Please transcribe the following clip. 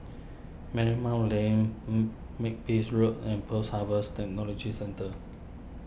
Marymount Lane Makepeace Road and Post Harvest Technology Centre